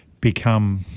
become